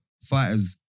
Fighters